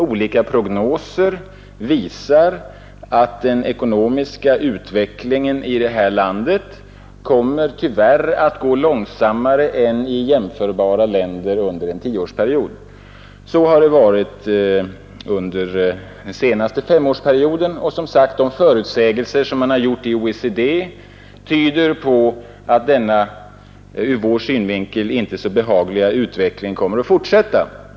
Olika prognoser visar att den ekonomiska utvecklingen här i landet under en tioårsperiod tyvärr kommer att gå långsammare än i jämförbara länder. Så har det varit under den senaste femårsperioden, och de förutsägelser man gjort inom OECD tyder på att denna från vår synvinkel inte så behagliga utveckling kommer att fortsätta.